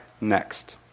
next